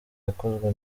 yakozwe